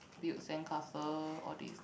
build sandcastle all this